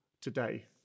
today